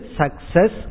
success